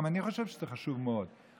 גם אני חושב שזה חשוב מאוד,